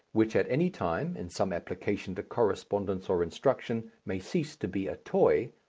which at any time in some application to correspondence or instruction may cease to be a toy,